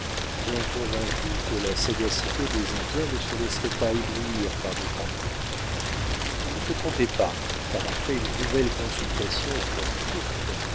bien convaincu que la sagacité des indiens ne se laisserait pas éblouir par des paroles il ne se trompait pas car après une nouvelle consultation fort courte